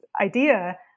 idea